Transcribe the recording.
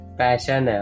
passion